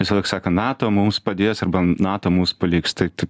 visąlaik sako nato mums padės arba nato mus paliks tai tai